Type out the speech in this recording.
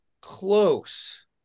close